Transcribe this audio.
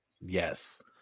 Yes